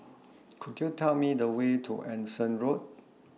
Could YOU Tell Me The Way to Anson Road